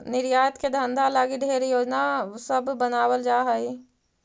निर्यात के धंधा लागी ढेर योजना सब बनाबल जा हई